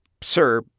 sir